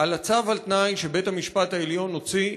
על הצו על-תנאי שבית-המשפט העליון הוציא